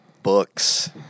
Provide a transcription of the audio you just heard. Books